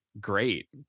great